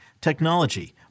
technology